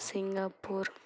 Singapore